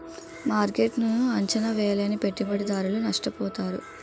మార్కెట్ను అంచనా వేయలేని పెట్టుబడిదారులు నష్టపోతారు